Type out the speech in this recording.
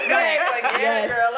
Yes